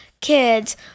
kids